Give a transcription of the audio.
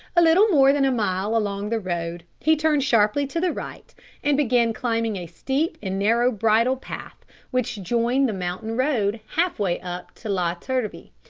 a little more than a mile along the road he turned sharply to the right and began climbing a steep and narrow bridle path which joined the mountain road, half-way up to la turbie.